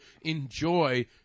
enjoy